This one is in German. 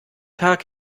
tag